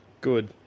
Good